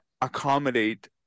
accommodate